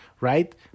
right